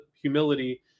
humility